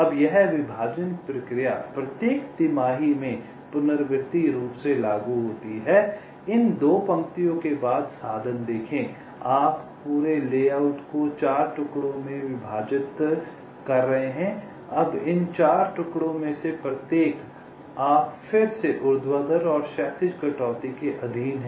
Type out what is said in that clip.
अब यह विभाजन प्रक्रिया प्रत्येक तिमाही में पुनरावर्ती रूप से लागू होती है इन 2 पंक्तियों के बाद साधन देखें आपने पूरे लेआउट को 4 टुकड़ों में विभाजित किया है अब इन 4 टुकड़ों में से प्रत्येक आप फिर से ऊर्ध्वाधर और क्षैतिज कटौती के अधीन हैं